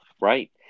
Right